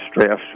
stress